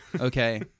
Okay